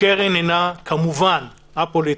הקרן היא, כמובן, א-פוליטית.